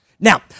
Now